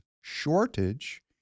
shortage